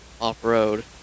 off-road